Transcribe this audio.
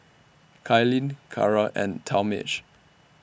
Kailyn Cara and Talmage